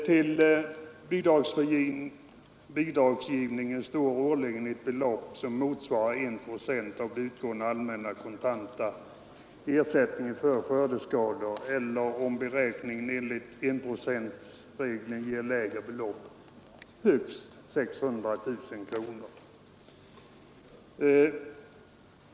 För behovsprövade bidrag står årligen till förfogande ett belopp som motsvarar 1 procent av de utgående allmänna kontanta ersättningarna för skördeskador eller, om beräkningen enligt enprocentsregeln ger lägre belopp, högst 600 000 kronor.